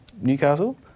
Newcastle